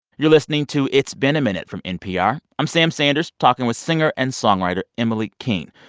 you're listening to it's been a minute from npr. i'm sam sanders talking with singer and songwriter emily king.